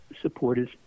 supporters